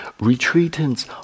Retreatants